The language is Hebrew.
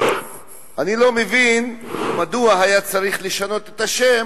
אני לא מבין מדוע היה צריך לשנות את השם.